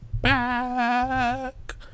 back